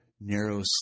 narrow